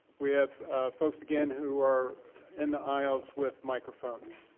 we have folks, again, who are in the aisles with microphones.